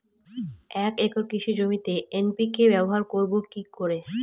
এক একর কৃষি জমিতে এন.পি.কে ব্যবহার করব কি করে?